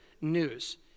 news